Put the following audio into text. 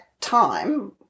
time